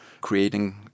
creating